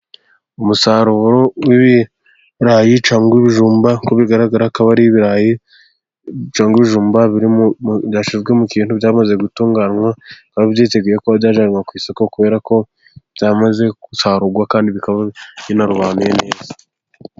Umusaruro w'ibirayi cyangwa ibijumba uko bigaragara , akaba ari ibirayi cyangwa ibijumba byashizwe mu kintu byamaze gutunganywa, bikaba biteguye ko byajyanwa ku isoko kubera ko byamaze gusarurwa kandi bikaba binanarobanuye neza.